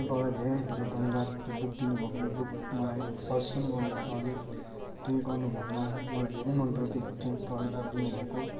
तपाईँलाई धेरै धेरै धन्यवाद त्यो बुक दिनु भएको बुक मलाई सजेस्ट पनि गर्नु भयो तपाईँले त्यही गर्नु भएकोमा मलाई धेरै मनपऱ्यो त्यो बुक चाहिँ तपाईँले प दिनु भएको